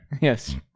Yes